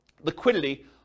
liquidity